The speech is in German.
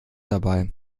dabei